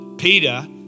Peter